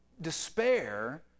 despair